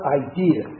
idea